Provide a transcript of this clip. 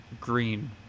green